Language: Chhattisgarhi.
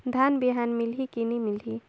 धान बिहान मिलही की नी मिलही?